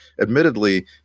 Admittedly